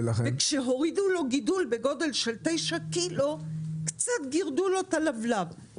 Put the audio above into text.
כשהורידו לו גידול בגודל של 9 קילוגרם קצת גירדו לו את הלבלב,